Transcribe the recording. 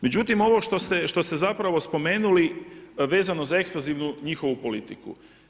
Međutim, ovo što ste zapravo spomenuli vezano za ekspanzivnu njihovu politiku.